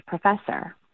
professor